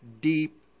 deep